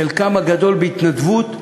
חלקם הגדול בהתנדבות,